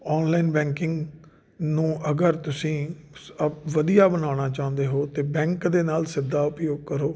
online banking ਨੂੰ ਅਗਰ ਤੁਸੀਂ ਸ ਅ ਵਧੀਆ ਬਣਾਉਣਾ ਚਾਹੁੰਦੇ ਹੋ ਤਾਂ ਬੈਂਕ ਦੇ ਨਾਲ ਸਿੱਧਾ ਉਪਯੋਗ ਕਰੋ